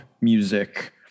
music